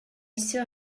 still